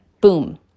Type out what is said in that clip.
Boom